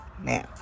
now